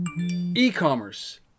e-commerce